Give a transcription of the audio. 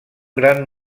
gran